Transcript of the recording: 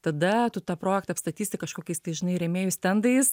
tada tu tą projektą apstatysi kažkokiais tai žinai rėmėjų stendais